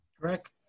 correct